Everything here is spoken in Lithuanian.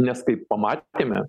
nes kaip pamatėme